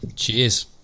Cheers